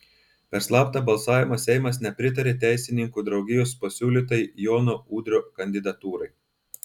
per slaptą balsavimą seimas nepritarė teisininkų draugijos pasiūlytai jono udrio kandidatūrai